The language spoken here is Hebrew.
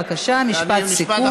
בבקשה, משפט סיכום.